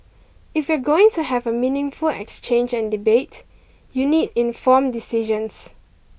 if you're going to have a meaningful exchange and debate you need informed decisions